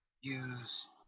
use